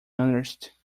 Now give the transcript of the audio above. earnest